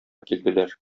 килделәр